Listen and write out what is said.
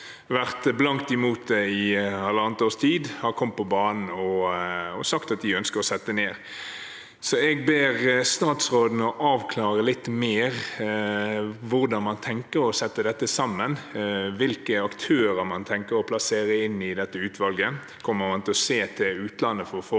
ha vært blankt imot det i halvannet års tid, nå har kommet på banen og sagt at de ønsker å sette ned. Jeg ber statsråden avklare litt mer hvordan man tenker å sette dette sammen, og hvilke aktører man tenker å plassere inn i dette utvalget. Kommer man til å se til utlandet for å få uhildede